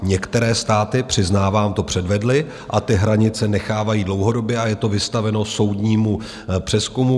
Některé státy, přiznávám, to předvedly, ty hranice nechávají dlouhodobě a je to vystaveno soudnímu přezkumu.